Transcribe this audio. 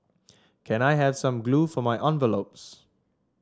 can I have some glue for my envelopes